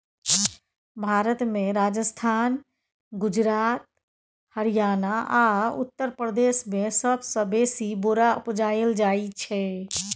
भारत मे राजस्थान, गुजरात, हरियाणा आ उत्तर प्रदेश मे सबसँ बेसी बोरा उपजाएल जाइ छै